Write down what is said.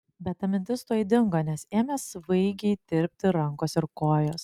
bet ta mintis tuoj dingo nes ėmė svaigiai tirpti rankos ir kojos